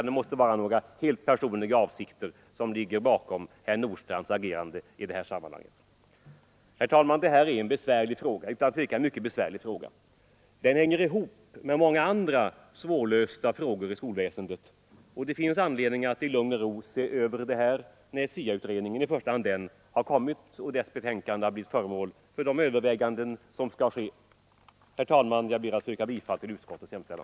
Det måste vara helt personliga avsikter som ligger bakom herr Nordstrandhs agerande i detta sammanhang. Herr talman! Detta är utan tvekan en mycket besvärlig fråga. Den hänger ihop med många andra svårlösta frågor inom skolväsendet. Det finns anledning att i lugn och ro se över dem i första hand när SIA-utredningen är färdig och dess betänkande har blivit föremål för överväganden. Jag ber, herr talman, att få yrka bifall till utskottets hemställan.